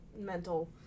mental